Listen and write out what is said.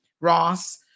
Ross